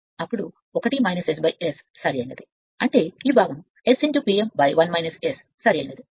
అంటే ఈ భాగం S P m విభజించబడింది 1 S సరైనది